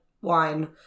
wine